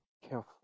careful